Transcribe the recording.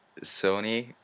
Sony